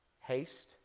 haste